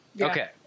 Okay